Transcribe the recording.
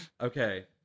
Okay